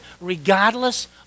regardless